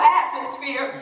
atmosphere